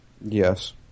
Yes